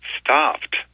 stopped